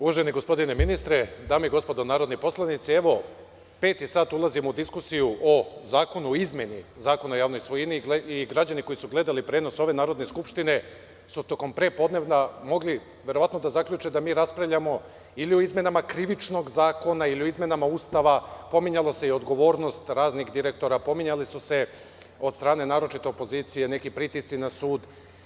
Uvaženi gospodine ministre, dame i gospodo narodni poslanici, evo peti sad ulazimo u diskusiju o Zakonu o izmeni Zakona o javnoj svojini i građani koji su gledali prenos ove Narodne skupštine su tokom prepodneva mogli verovatno da zaključe da mi raspravljamo ili o izmenama Krivičnog zakona ili o izmenama Ustava, pominjala se i odgovornost raznih direktora, pominjali su se, od strane naročito opozicije, neki pritisci na sud.